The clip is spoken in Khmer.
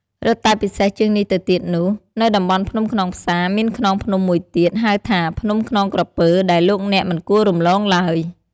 រឹតតែពិសេសជាងនេះទៅទៀតនោះ នៅតំបន់ភ្នំខ្នងផ្សាមានខ្នងភ្នំមួយទៀត ហៅថាភ្នំខ្នងក្រពើ ដែលលោកអ្នកមិនគួររំលងឡើយ។